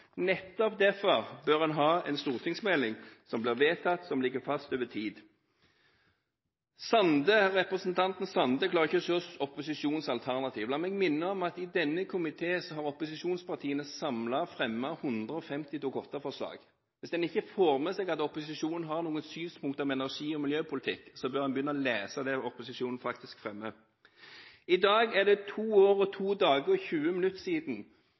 Nettopp derfor bør en ha en stortingsmelding som blir vedtatt og som ligger fast over tid. Representanten Sande klarer ikke å se opposisjonens alternativer. La meg minne om at i denne komité har opposisjonspartiene samlet fremmet 150 representantforslag. Hvis en ikke får med seg at opposisjonen har noen synspunkter om energi- og miljøpolitikk, bør en begynne å lese det opposisjonen faktisk fremmer. I dag er det to år, to dager og 20 minutter siden